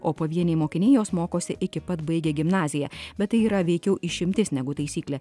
o pavieniai mokiniai jos mokosi iki pat baigia gimnaziją bet tai yra veikiau išimtis negu taisyklė